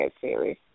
series